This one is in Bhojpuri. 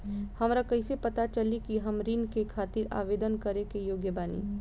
हमरा कइसे पता चली कि हम ऋण के खातिर आवेदन करे के योग्य बानी?